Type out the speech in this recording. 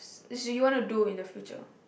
it's you want to do in the future